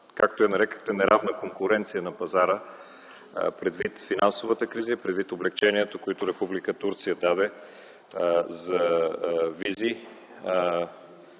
както я нарекохте, неравна конкуренция на пазара, предвид финансовата криза и предвид облекченията, които Република Турция даде за визи.